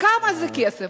כמה כסף זה?